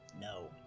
No